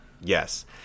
Yes